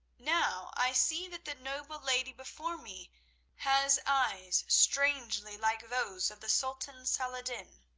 now i see that the noble lady before me has eyes strangely like those of the sultan saladin.